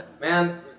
Man